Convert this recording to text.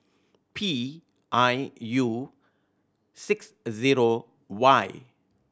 P I U six zero Y